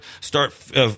start, –